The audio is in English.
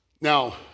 Now